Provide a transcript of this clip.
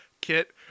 Kit